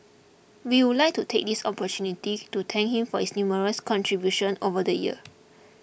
we would like to take this opportunity to thank him for his numerous contribution over the years